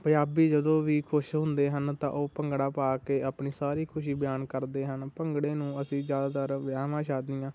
ਪੰਜਾਬੀ ਜਦੋਂ ਵੀ ਖੁਸ਼ ਹੁੰਦੇ ਹਨ ਤਾਂ ਉਹ ਭੰਗੜਾ ਪਾ ਕੇ ਆਪਣੀ ਸਾਰੀ ਖੁਸ਼ੀ ਬਿਆਨ ਕਰਦੇ ਹਨ ਭੰਗੜੇ ਨੂੰ ਅਸੀਂ ਜ਼ਿਆਦਾਤਰ ਵਿਆਹਾਂ ਸ਼ਾਦੀਆਂ